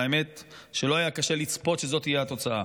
והאמת שלא היה קשה לצפות שזאת תהיה התוצאה.